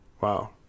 Wow